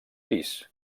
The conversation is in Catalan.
pis